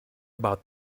about